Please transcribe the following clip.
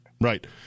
Right